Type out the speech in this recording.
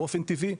באופן טבעי,